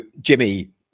Jimmy